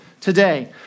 today